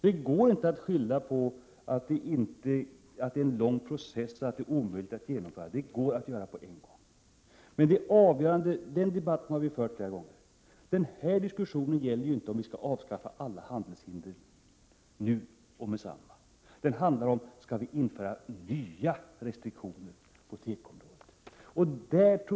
Det går inte att skylla på att det är en lång process och att det är omöjligt att snabbt genomföra en förändring. Det går att göra detta på en gång. Men den här diskussionen gäller ju inte om vi skall avskaffa alla handelshinder nu och genast, utan den handlar om huruvida vi skall införa nya restriktioner på tekoområdet.